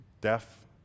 deaf